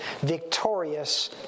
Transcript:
victorious